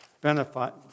benefit